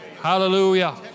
Hallelujah